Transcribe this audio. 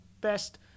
best